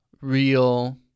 real